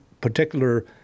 particular